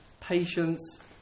patience